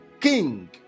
king